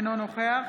אינו נוכח